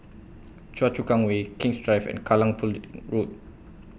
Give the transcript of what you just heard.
Choa Chu Kang Way King's Drive and Kallang Pudding Road